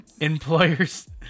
Employers